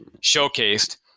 showcased